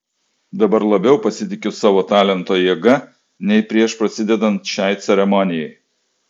dabar labiau pasitikiu savo talento jėga nei prieš prasidedant šiai ceremonijai